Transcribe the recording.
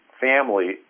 family